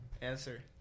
Answer